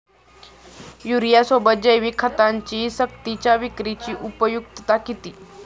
युरियासोबत जैविक खतांची सक्तीच्या विक्रीची उपयुक्तता किती?